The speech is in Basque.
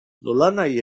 nolanahi